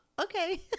Okay